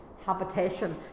habitation